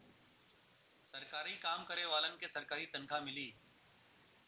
सरकारी काम करे वालन के सरकारी तनखा मिली